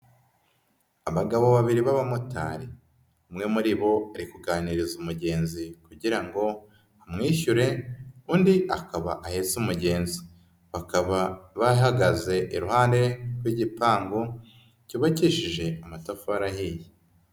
Abagabo babiri b'abamotari umwe muri bo ari kuganiriza umugenzi kugira ngo amwishyure undi akaba ahetsee umugenzi, bakaba bahagaze iruhande rw'igipangu cyubakishijeje amatafari ahiye.